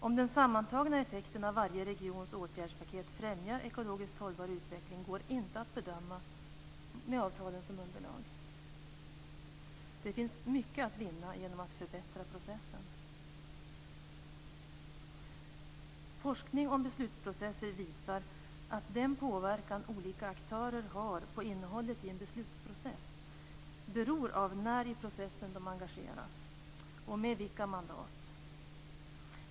Om den sammantagna effekten av varje regions åtgärdspaket främjar ekologiskt hållbar utveckling går inte att bedöma med avtalen som underlag. Det finns mycket att vinna genom att förbättra processen. Forskning om beslutsprocesser visar att den påverkan olika aktörer har på innehållet i en beslutsprocess beror på när i processen de engageras och med vilka mandat.